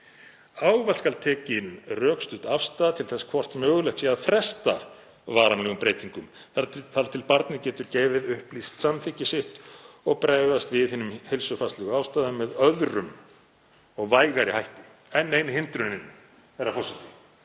Ávallt skal tekin rökstudd afstaða til þess hvort mögulegt sé að fresta varanlegum breytingum þar til barnið getur gefið upplýst samþykki sitt og bregðast við hinum heilsufarslegu ástæðum með öðrum og vægari hætti.“ — Enn ein hindrunin, herra forseti,